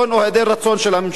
או היעדר רצון של הממשלה.